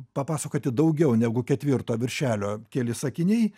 papasakoti daugiau negu ketvirto viršelio keli sakiniai